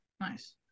Nice